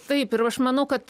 taip ir aš manau kad